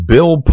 Bill